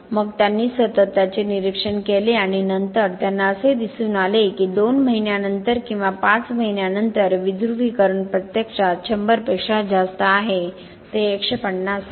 मग त्यांनी सतत त्याचे निरीक्षण केले आणि नंतर त्यांना असे दिसून आले की 2 महिन्यांनंतर किंवा 5 महिन्यांनंतर विध्रुवीकरण प्रत्यक्षात 100 पेक्षा जास्त आहे ते 150 आहे